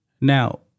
Now